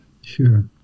sure